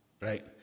right